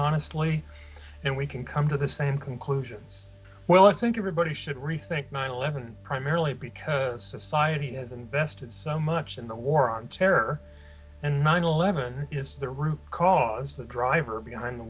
honestly and we can come to the same conclusions well i think you are but he should rethink nine eleven primarily because society has invested so much in the war on terror and nine eleven is the root cause the driver behind the